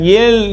Yel